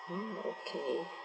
mm okay